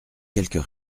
quelques